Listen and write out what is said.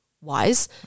wise